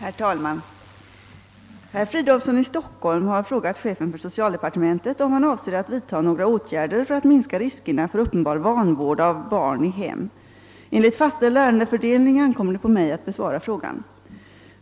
Herr talman! Herr Fridolfsson i Stockholm har frågat chefen för socialdepartementet om han avser att vidta några åtgärder för att minska riskerna för uppenbar vanvård av barn i hem. Enligt fastställd ärendefördelning ankommer det på mig att besvara frågan.